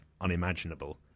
unimaginable